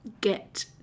get